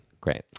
Great